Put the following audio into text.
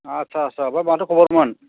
आच्चा चा ओमफ्राय माथो खबरमोन